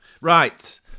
Right